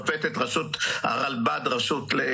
נפילת חיילינו